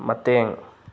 ꯃꯇꯦꯡ